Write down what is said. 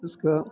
उसका